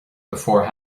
before